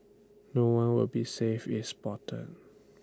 no one will be safe if spotted